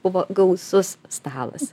buvo gausus stalas